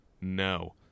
No